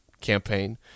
campaign